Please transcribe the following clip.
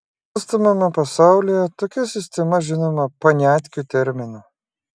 nusikalstamame pasaulyje tokia sistema žinoma paniatkių terminu